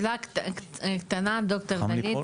ד"ר דלית,